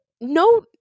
No